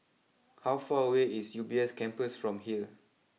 how far away is U B S Campus from here